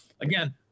again